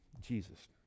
Jesus